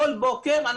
כל בוקר,